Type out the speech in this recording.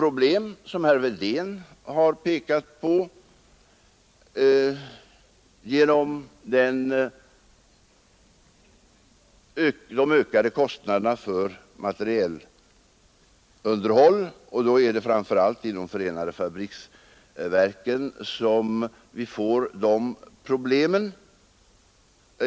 Vi kan, såsom herr Wedén har pekat på, få problem genom de ökade kostnaderna för materielunderhåll — och då är det framför allt inom förenade fabriksverken som vi får de problemen.